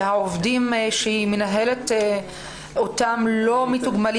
שהעובדים שהיא מנהלת אותם לא מתוגמלים